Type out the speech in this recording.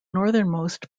northernmost